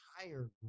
entire